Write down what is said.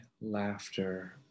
laughter